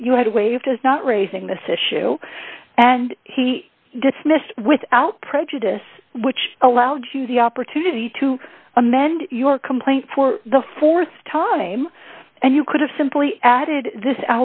you had waived as not raising this issue and he dismissed without prejudice which allowed you the opportunity to amend your complaint for the th time and you could have simply added this